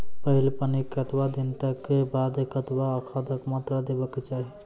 पहिल पानिक कतबा दिनऽक बाद कतबा खादक मात्रा देबाक चाही?